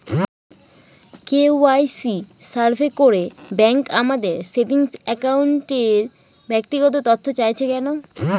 KYC survey করে bank আমাদের saving অ্যাকাউন্টের ব্যক্তিগত তথ্য চাইছে কেন?